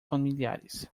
familiares